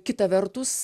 kita vertus